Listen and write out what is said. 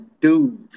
dude